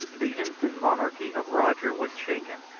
the infant monarchy of roger was shaken,